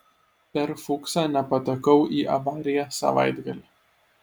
per fuksą nepatekau į avariją savaitgalį